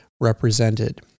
represented